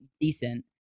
decent